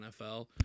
NFL